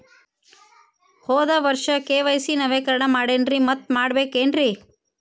ಹೋದ ವರ್ಷ ಕೆ.ವೈ.ಸಿ ನವೇಕರಣ ಮಾಡೇನ್ರಿ ಮತ್ತ ಮಾಡ್ಬೇಕೇನ್ರಿ?